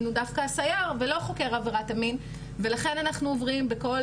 הוא דווקא הסייר ולא חוקר עבירת המין ולכן אנחנו עוברים בכל